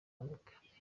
bunguke